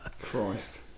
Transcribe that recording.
Christ